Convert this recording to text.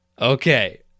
Okay